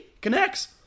Connects